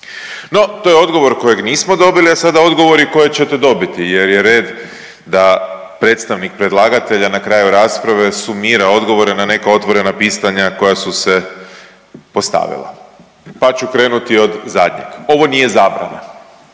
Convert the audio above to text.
No, to je odgovor kojeg nismo dobili, a sada odgovori koje ćete dobiti jer je red da predstavnik predlagatelja na kraju rasprave sumira odgovore na neka otvorena pitanja koja su se postavila, pa ću krenuti od zadnjeg. Ovo nije zabrana,